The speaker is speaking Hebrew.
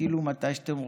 ותטילו מתי שאתן רוצות.